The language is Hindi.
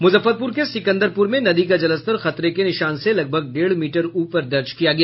मुजफ्फरपुर के सिकंदरपुर में नदी का जलस्तर खतरे के निशान से लगभग डेढ़ मीटर ऊपर दर्ज किया गया